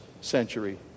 century